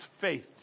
faith